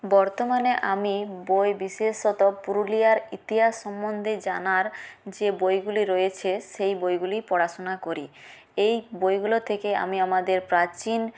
বর্তমানে আমি বই বিশেষত পুরুলিয়ার ইতিহাস সম্বন্ধে জানার যে বইগুলি রয়েছে সেই বইগুলি পড়াশোনা করি এই বইগুলো থেকে আমি আমাদের প্রাচীন